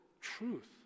truth